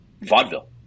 vaudeville